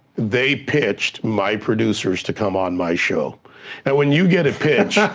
they pitched my producers to come on my show and when you get a pitch,